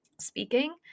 speaking